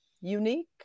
unique